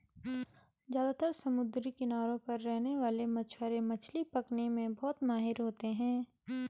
ज्यादातर समुद्री किनारों पर रहने वाले मछवारे मछली पकने में बहुत माहिर होते है